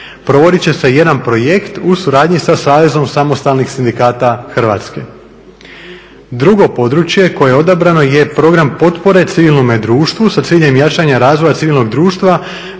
Provodit će se jedan projekt u suradnji sa Savezom samostalnih sindikata Hrvatske. Drugo područje koje je odabrano je program potpore civilnome društvu sa ciljem jačanja razvoja civilnog društva